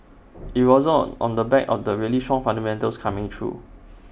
IT wasn't on the back of the really strong fundamentals coming through